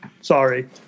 Sorry